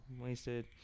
wasted